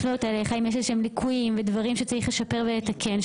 יש איזה שהם ליקויים או דברים שצריכים לשפר ולתקן.